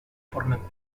formen